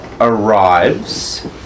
Arrives